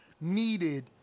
needed